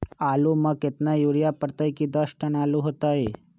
आलु म केतना यूरिया परतई की दस टन आलु होतई?